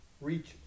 Reach